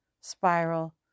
spiral